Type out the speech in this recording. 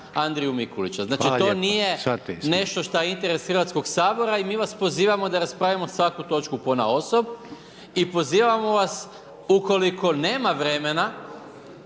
shvatili smo./… Znači to nije nešto šta je interes Hrvatskog sabora i mi vas pozivam da raspravimo svaku točku ponaosob i pozivamo vas, ukoliko nema vremena,